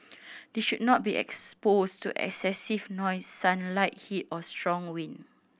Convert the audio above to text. they should not be exposed to excessive noise sunlight heat or strong wind